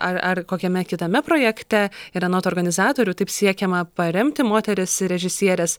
ar ar kokiame kitame projekte ir anot organizatorių taip siekiama paremti moteris režisieres